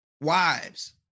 Wives